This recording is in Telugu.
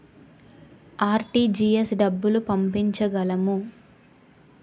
ఆర్.టీ.జి.ఎస్ డబ్బులు పంపించగలము?